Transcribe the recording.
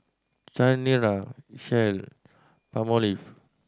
Chanira Shell Palmolive